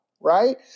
right